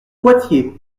poitiers